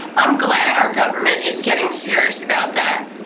i'm glad our government is getting serious about that.